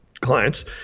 clients